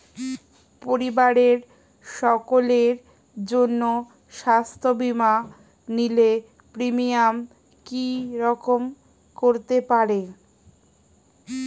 পরিবারের সকলের জন্য স্বাস্থ্য বীমা নিলে প্রিমিয়াম কি রকম করতে পারে?